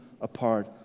apart